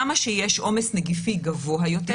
כמה שיש עומס נגיפי גבוה יותר,